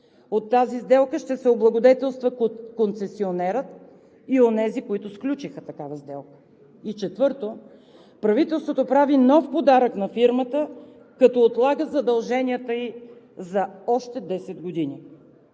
от тази сделка ще се облагодетелстват концесионерът и онези, които сключиха такава сделка. Четвърто, правителството прави нов подарък на фирмата, като отлага задълженията ѝ за още десет години.